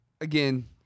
again